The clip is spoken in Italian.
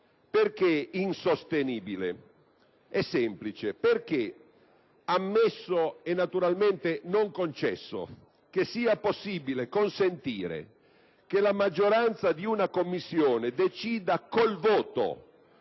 Perché insostenibile? È semplice. Perché, ammesso, e naturalmente non concesso, che sia possibile consentire che la maggioranza di una Commissione decida con il voto